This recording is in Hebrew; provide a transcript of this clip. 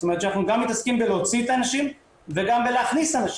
זאת אומרת שאנחנו גם מתעסקים בלהוציא את האנשים וגם בלהכניס את האנשים.